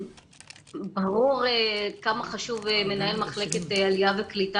ברור כמה חשוב מנהל מחלקת עלייה וקליטה